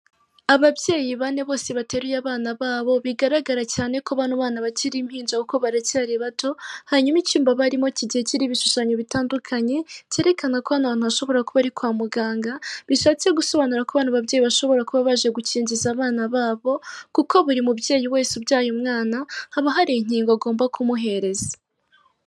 Ababyeyi bane bose bateruye abana babo bigaragara cyane ko bano bana bakiri impinja kuko baracyari bato, hanyuma icyumba barimo kigiye kiriho ibishushanyo bitandukanye kerekanako hano hantu hashobora kuba ari kwa muganga, bishatse gusobanura ko abano babyeyi bashobora kuba baje gukingiza abana babo kuko buri mubyeyi wese ubyaye umwana haba hari inkingo agomba kumuhereza.